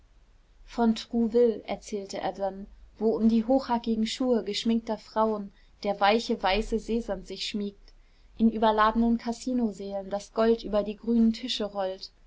von trouville erzählte er dann wo um die hochhackigen schuhe geschminkter frauen der weiche weiße seesand sich schmiegt in überladenen kasinosälen das gold über die grünen tische rollt